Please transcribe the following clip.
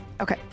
Okay